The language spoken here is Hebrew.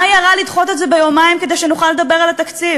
מה היה רע לדחות את זה ביומיים כדי שנוכל לדבר על התקציב?